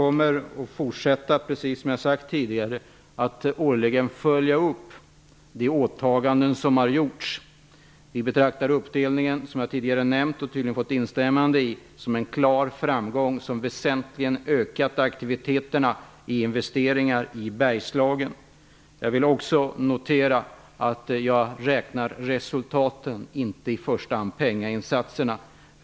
Fru talman! Precis som jag sagt tidigare, kommer vi att fortsätta att årligen följa upp de åtaganden som har gjorts. Som jag tidigare nämnt betraktar vi uppdelningen som en klar framgång. Det instämmer tydligen Göran Magnusson i också. Den har ökat aktiviteterna väsentligt när det gäller investeringar i Bergslagen. Jag vill också notera att jag i första hand räknar resultaten och inte pengainsatserna.